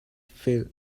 feel